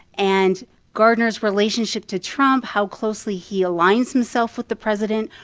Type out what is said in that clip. and gardner's relationship to trump, how closely he aligns himself with the president,